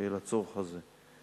לצורך הזה.